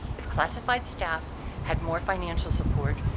if classified staff had more financial support,